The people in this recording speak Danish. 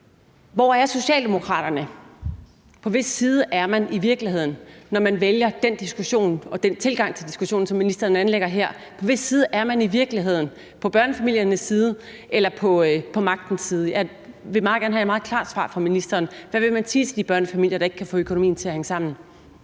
Hvor er Socialdemokraterne? På hvis side er man i virkeligheden, når man vælger den diskussion og den tilgang til diskussionen, som ministeren anlægger her? På hvis side er man i virkeligheden? Er man på børnefamiliernes side eller på magtens side? Jeg vil meget gerne have et meget klart svar fra ministeren. Hvad vil man sige til de børnefamilier, der ikke kan få økonomien til at hænge sammen?